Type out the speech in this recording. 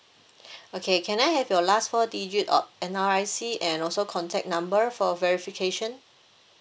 okay can I have your last four digit of N_R_I_C and also contact number for verification